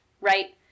right